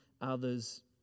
others